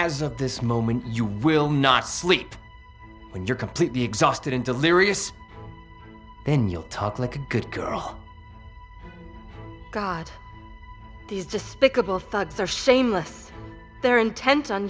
me as of this moment you will not sleep when you're completely exhausted and delirious then you'll talk like a good girl god these despicable thugs are same less they're intent on